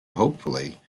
hopefully